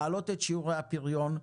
להעלות את שיעורי הפריון,